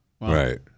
Right